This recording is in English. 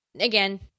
again